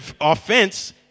offense